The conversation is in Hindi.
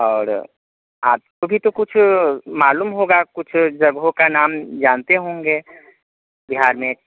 और आपको भी तो कुछ मालूम होगा कुछ जगहों का नाम जानते होंगे बिहार में